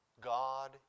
God